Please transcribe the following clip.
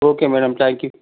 okay madam thank you